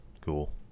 Cool